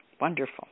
wonderful